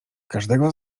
każdego